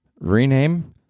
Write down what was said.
rename